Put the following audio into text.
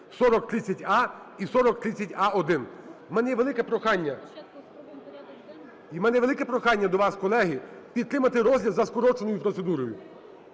(Шум у залі) У мене велике прохання до вас, колеги, підтримати розгляд за скороченою процедурою,